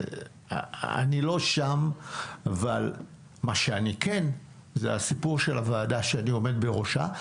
אני לא שם ועל מה שאני כן זה הסיפור של הוועדה שאני עומד בראשה.